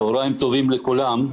צוהרים טובים לכולם.